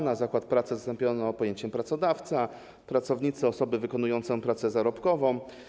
Pojęcie „zakład pracy” zastąpiono pojęciem „pracodawca”, „pracownicy” - „osoby wykonujące pracę zarobkową”